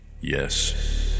Yes